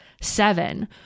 Seven